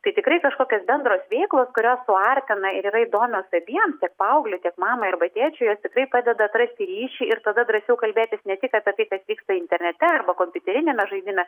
tai tikrai kažkokios bendros veiklos kurios suartina ir yra įdomios abiem tiek paaugliui tiek mamai arba tėčiui jos tikrai padeda atrasti ryšį ir tada drąsiau kalbėtis ne tik apie tai kas vyksta internete arba kompiuteriniame žaidime